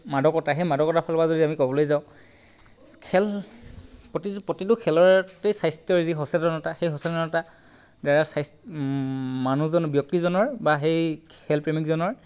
মাদকতা সেই মাদকতাৰ ফালৰ পৰা যদি আমি ক'বলৈ যাওঁ খেল প্ৰতি প্ৰতিটো খেলতেই স্বাস্থ্যৰ যি সচেতনতা সেই সচেতনতা দ্বাৰাই স্ৱাস্ মানুহজনৰ ব্যক্তিজনৰ বা সেই খেল প্ৰেমিকজনৰ